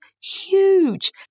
huge